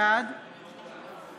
בעד